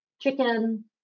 chicken